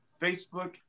Facebook